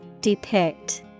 Depict